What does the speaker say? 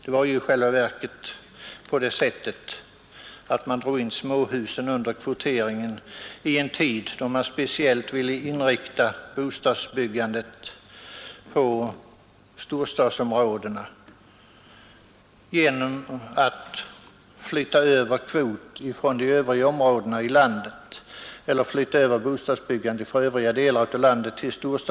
Det var ju i själva verket på det sättet att man drog in småhusen under kvoteringen i en tid då man speciellt ville inrikta bostadsbyggandet på storstadsområdena genom att dit flytta över bostadsbyggande från övriga delar av landet.